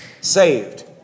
saved